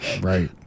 right